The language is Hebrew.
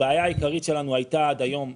הבעיה העיקרית שלנו הייתה עד היום,